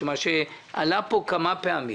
מה שעלה פה כמה פעמים.